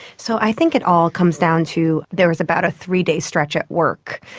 so i think it all comes down to there was about a three-day stretch at work.